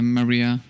Maria